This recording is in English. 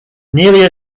nearly